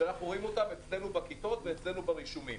שאנחנו רואים אותן אצלנו בכיתות ואצלנו ברישומים.